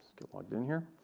get logged in here.